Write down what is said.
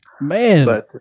Man